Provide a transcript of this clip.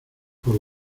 por